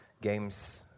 games